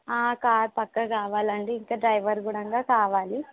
car పక్కా కావాలండి ఇంకా డ్రైవర్ గుడంగా కావాలి